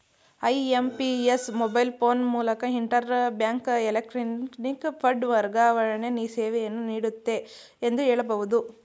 IMPS mobile phone ಮೂಲಕ inter bank electronic fund ವರ್ಗಾವಣೆ ಸೇವೆಯನ್ನು ನೀಡುತ್ತೆ ಎಂದು ಹೇಳಬಹುದು